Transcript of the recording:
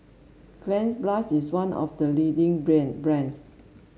Cleanz Plus is one of the leading brand brands